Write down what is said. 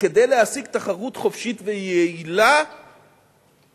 וכדי להשיג תחרות חופשית ויעילה צריכים